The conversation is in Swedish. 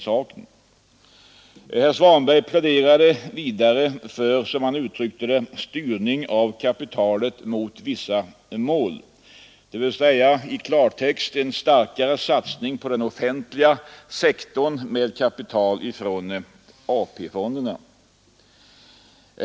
Vidare pläderade herr Svanberg för, som han uttryckte det, en styrning av kapitalet mot vissa mål, dvs. i klartext en starkare satsning på den offentliga sektorn med kapital från AP-fonderna.